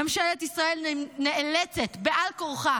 ממשלת ישראל נאלצת בעל כורחה